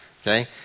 Okay